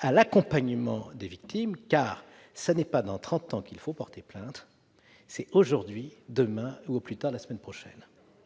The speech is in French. à l'accompagnement des victimes, car ce n'est pas dans trente ans qu'il faut porter plainte, c'est aujourd'hui, demain ou, au plus tard, la semaine prochaine